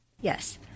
yes